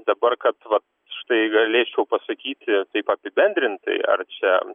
dabar kad vat štai galėčiau pasakyti taip apibendrintai ar čia